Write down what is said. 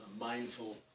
mindful